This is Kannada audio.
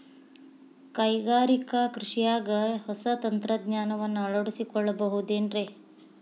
ಕೈಗಾರಿಕಾ ಕೃಷಿಯಾಗ ಹೊಸ ತಂತ್ರಜ್ಞಾನವನ್ನ ಅಳವಡಿಸಿಕೊಳ್ಳಬಹುದೇನ್ರೇ?